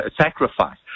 sacrifice